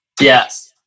Yes